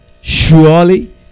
Surely